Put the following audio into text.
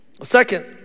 Second